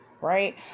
Right